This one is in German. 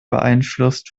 beeinflusst